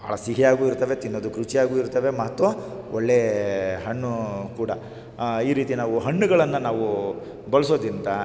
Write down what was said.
ಬಹಳ ಸಿಹಿಯಾಗೂ ಇರ್ತವೆ ತಿನ್ನೋದಕ್ಕು ರುಚಿಯಾಗೂ ಇರ್ತವೆ ಮತ್ತು ಒಳ್ಳೇ ಹಣ್ಣೂ ಕೂಡ ಈ ರೀತಿ ನಾವು ಹಣ್ಣುಗಳನ್ನು ನಾವು ಬಳಸೋದಿಂತ